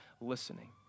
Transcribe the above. listening